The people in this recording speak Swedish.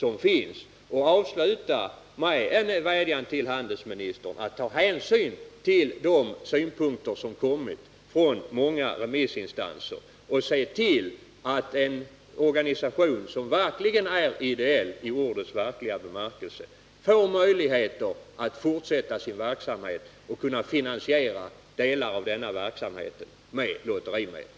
Och jag vill avsluta med en vädjan till handelsministern att han skall ta hänsyn till de synpunkter som kommit från många remissinstanser och se till att en organisation som sannerligen är ideell i ordets verkliga bemärkelse får möjlighet att fortsätta sin verksamhet och finansiera delar av denna med lotterimedel.